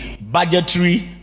budgetary